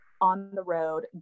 on-the-road